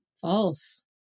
False